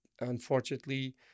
unfortunately